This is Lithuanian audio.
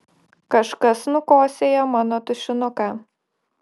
kažkas nukosėjo mano tušinuką